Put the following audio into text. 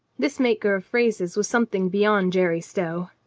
this maker of phrases was something beyond jerry stow.